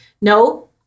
No